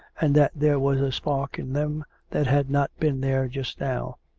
and that there was a spark in them that had not been there just now.